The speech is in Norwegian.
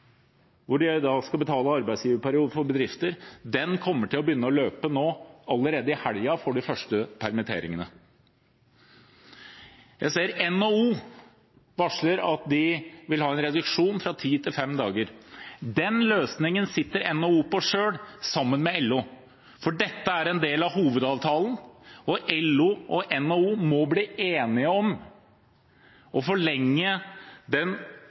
skal betale for, kommer til å begynne å løpe nå allerede i helgen for de første permitteringene. Jeg ser NHO varsler at de vil ha en reduksjon fra ti til fem dager. Den løsningen sitter NHO på selv sammen med LO, for dette er en del av Hovedavtalen, og LO og NHO må bli enige om å forlenge den